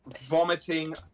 vomiting